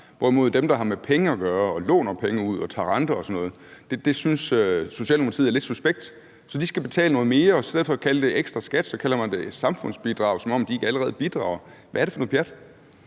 hvorimod dem, der har med penge at gøre og låner penge ud og tager renter og sådan noget, som Socialdemokratiet synes er lidt suspekt, skal betale noget mere, og i stedet for at kalde det ekstra skat kalder man det et samfundsbidrag, som om de ikke allerede bidrager. Hvad er det for noget pjat?